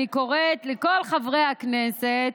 אני קוראת לכל חברי הכנסת,